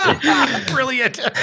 brilliant